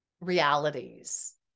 realities